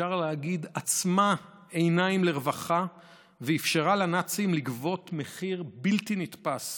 שאפשר להגיד שעצמה עיניים לרווחה ואפשרה לנאצים לגבות מחיר בלתי נתפס